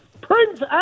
Prince